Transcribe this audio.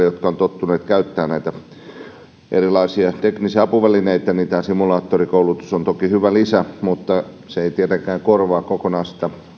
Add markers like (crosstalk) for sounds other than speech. (unintelligible) jotka ovat tottuneet käyttämään erilaisia teknisiä apuvälineitä tämä simulaattorikoulutus on toki hyvä lisä mutta se ei tietenkään korvaa kokonaan